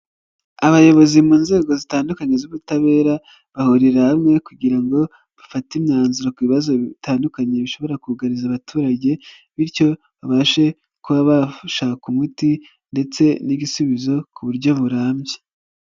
Abayobozi mu nzego zitandukanye z'ubutabera, bahurira hamwe kugira ngo bafate imyanzuro ku bibazo bitandukanye bishobora kugariza abaturage, bityo babashe kuba bashaka umuti ndetse n'igisubizo ku buryo burambye.